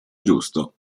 giusto